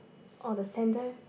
oh the centre